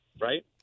right